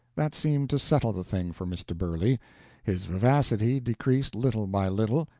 that seemed to settle the thing for mr. burley his vivacity decreased little by little,